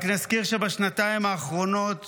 רק נזכיר שבשנתיים האחרונות